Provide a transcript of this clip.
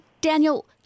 Daniel